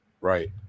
right